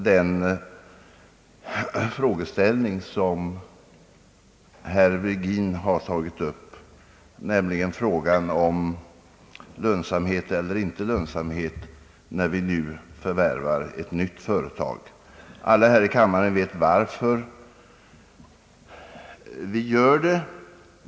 Jag skall ta upp herr Virgins frågeställning om lönsamhet eller inte lönsamhet när vi nu förvärvar ett nytt företag. Alla i denna kammare vet varför vi vidtar denna åtgärd.